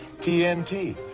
TNT